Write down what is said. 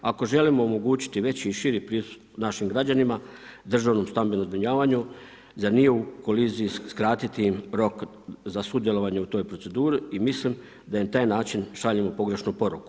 Ako želimo omogućiti veći i širi pristup našim građanima državnom stambenom zbrinjavanju zar nije u koliziji skratiti im rok za sudjelovanje u toj proceduri i mislim da im na taj način šaljemo pogrešnu poruku.